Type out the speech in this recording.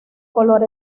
color